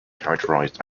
characterized